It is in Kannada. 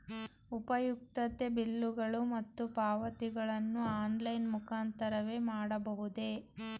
ಉಪಯುಕ್ತತೆ ಬಿಲ್ಲುಗಳು ಮತ್ತು ಪಾವತಿಗಳನ್ನು ಆನ್ಲೈನ್ ಮುಖಾಂತರವೇ ಮಾಡಬಹುದೇ?